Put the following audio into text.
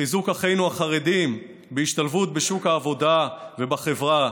חיזוק אחינו החרדים בהשתלבות בשוק העבודה ובחברה,